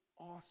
awesome